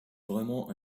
vraiment